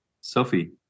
Sophie